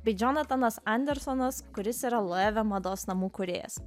bei džonatanas andersonas kuris yra loeve mados namų kūrėjas